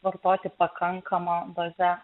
vartoti pakankama doze